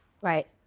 Right